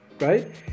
Right